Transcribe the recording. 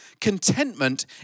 Contentment